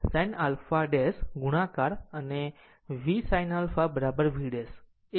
r V sin α ગુણાકાર અને V sin α v '